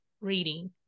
reading